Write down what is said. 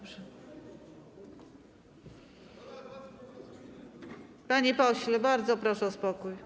Panie pośle, bardzo proszę o spokój.